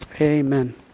Amen